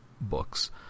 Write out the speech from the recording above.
books